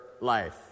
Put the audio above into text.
life